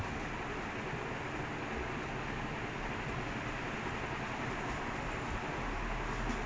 because இது:ithu this [one] is like there's nothing wrong with doing multiple times so you are transcribing this simple thing